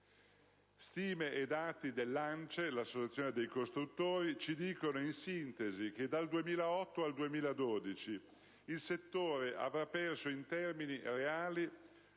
Stime e dati dell'ANCE, l'associazione dei costruttori, ci dicono che dal 2008 al 2012 il settore avrà perso in termini reali